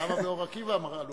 אבל למה באור-עקיבא עלו המחירים?